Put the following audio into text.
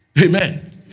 Amen